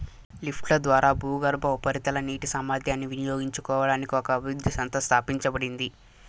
లిఫ్ట్ల ద్వారా భూగర్భ, ఉపరితల నీటి సామర్థ్యాన్ని వినియోగించుకోవడానికి ఒక అభివృద్ధి సంస్థ స్థాపించబడింది